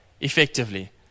effectively